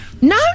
No